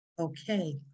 Okay